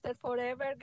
forever